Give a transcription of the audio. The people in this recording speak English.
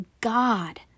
God